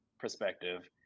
Perspective